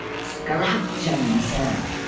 scrunch em, sir,